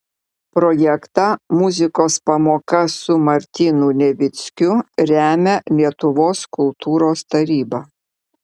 projektą muzikos pamoka su martynu levickiu remia lietuvos kultūros taryba